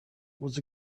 was